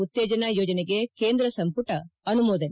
ಉತ್ತೇಜನ ಯೋಜನೆಗೆ ಕೇಂದ್ರ ಸಂಮಟ ಅನುಮೋದನೆ